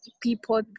people